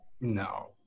no